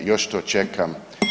Još to čekam.